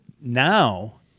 now